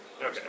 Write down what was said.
Okay